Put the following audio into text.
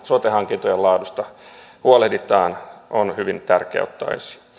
sote hankintojen laadusta huolehditaan on hyvin tärkeää ottaa esiin